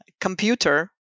computer